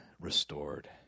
restored